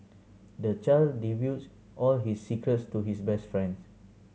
the child divulged all his secrets to his best friend